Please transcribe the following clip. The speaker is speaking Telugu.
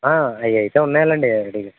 అవి అయితే ఉన్నాయి లేండి రెడీగా